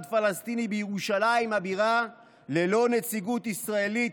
פלסטיני בירושלים הבירה ללא נציגות ישראלית,